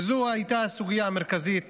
וזו הייתה הסוגיה המרכזית